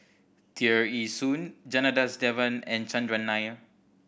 Tear Ee Soon Janadas Devan and Chandran Nair